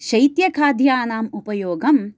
शैत्यखाद्यानाम् उपयोगं